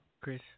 Chris